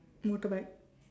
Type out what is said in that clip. motorbike